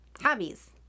hobbies